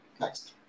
Next